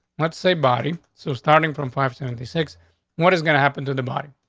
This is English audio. let's say body. so starting from five seventy six what is gonna happen to the body?